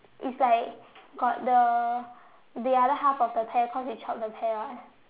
is like got the the other half of the pear cause they chop the pear [what]